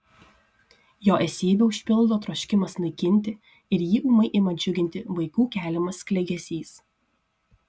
jo esybę užpildo troškimas naikinti ir jį ūmai ima džiuginti vaikų keliamas klegesys